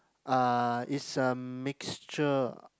uh is a mixture